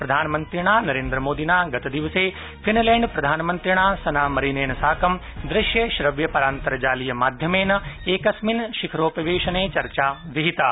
प्रधानमन्त्रिणा नरेन्द्रमोदिना गतदिवसे फिनलैण्ड प्रधानमन्त्रिणा सना मरीनेन साकं दृश्यश्रव्य परान्तर्जालीय माध्यमेन एकस्मिन् शिखरोपवेशने चर्चा विहिता